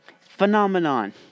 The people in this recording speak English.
phenomenon